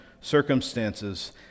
circumstances